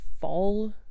fall